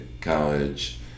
College